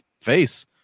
face